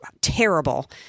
terrible